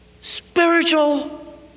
spiritual